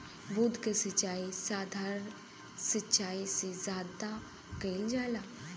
बूंद क सिचाई साधारण सिचाई से ज्यादा कईल जाला